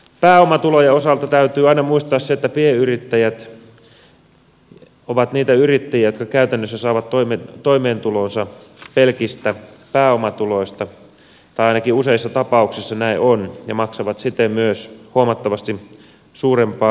pääomatulojen osalta täytyy aina muistaa se että pienyrittäjät ovat niitä yrittäjiä jotka käytännössä saavat toimeentulonsa pelkistä pääomatuloista tai ainakin useissa tapauksissa näin on ja maksavat siten myös huomattavasti suurempaa veroa